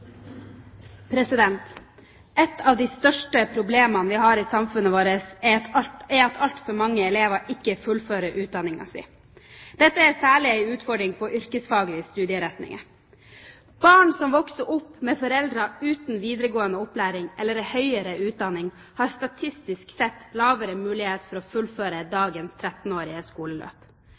at altfor mange elever ikke fullfører utdanningen sin. Dette er særlig en utfordring på yrkesfaglige studieretninger. Barn som vokser opp med foreldre uten videregående opplæring eller høyere utdanning, har statistisk sett dårligere mulighet til å fullføre dagens 13-årige skoleløp.